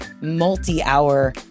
multi-hour